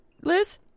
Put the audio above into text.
Liz